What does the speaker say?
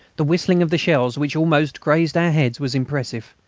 the whistling of the shells, which almost grazed our heads, was impressive,